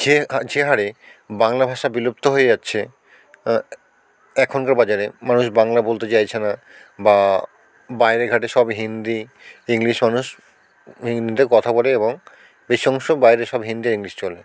যে যে হারে বাংলা ভাষা বিলুপ্ত হয়ে যাচ্ছে এখনকার বাজারে মানুষ বাংলা বলতে চাইছে না বা বাইরে ঘাটে সব হিন্দি ইংলিশ মানুষ হিন্দিতে কথা বলে এবং বেশি অংশ বাইরে সব হিন্দি আর ইংলিশ চলে